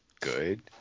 good